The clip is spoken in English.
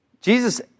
Jesus